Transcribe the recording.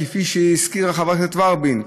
כפי שהזכירה חברת הכנסת ורבין,